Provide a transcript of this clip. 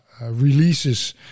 releases